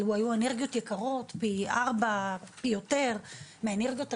אלו היו אנרגיות יקרות פי ארבע או יותר מהאנרגיות הרגילות,